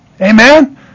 Amen